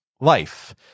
life